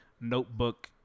Notebook